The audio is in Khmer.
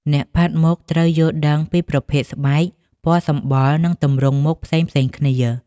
អ្នកផាត់មុខត្រូវយល់ដឹងពីប្រភេទស្បែក ពណ៌សម្បុរ និងទម្រង់មុខផ្សេងៗគ្នា។